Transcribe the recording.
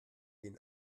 den